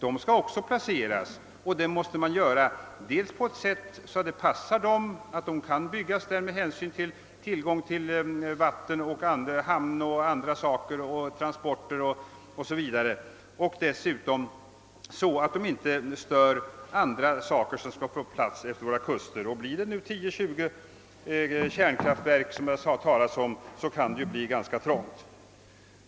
De skall också placeras och då måste man se till att de kan byggas på en viss plats med hänsyn till tillgång på vatten, hamn, transporter m.m. Dessutom får de inte störa annat som skall få plats längs kusterna. Skall det då byggas 10— 20 kärnkraftverk, som jag hört nämnas, kan det bli ganska trångt.